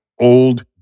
old